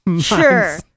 Sure